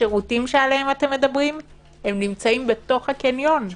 השירותים שעליהם אתם מדברים נמצאים בתוך הקניון.